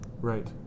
Right